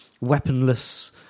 weaponless